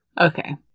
Okay